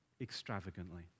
extravagantly